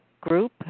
group